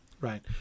right